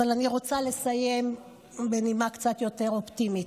אבל אני רוצה לסיים בנימה קצת יותר אופטימית.